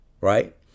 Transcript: right